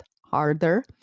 harder